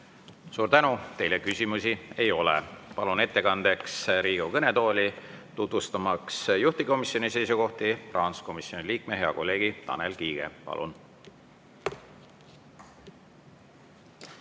Suur tänu! Teile küsimusi ei ole. Palun ettekandeks Riigikogu kõnetooli, tutvustamaks juhtivkomisjoni seisukohti, rahanduskomisjoni liikme, hea kolleegi Tanel Kiige. Palun!